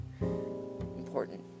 important